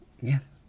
Yes